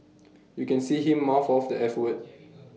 you can see him mouth off the eff word